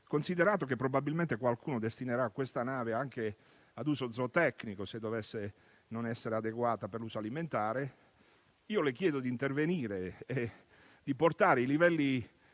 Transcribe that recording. considerato che probabilmente qualcuno destinerà quella nave anche ad uso zootecnico, se non dovesse essere adeguata per uso alimentare, io le chiedo di intervenire e di portare i livelli